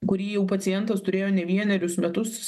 kurį jau pacientas turėjo ne vienerius metus